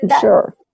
sure